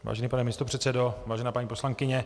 Vážený pane místopředsedo, vážená paní poslankyně.